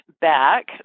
back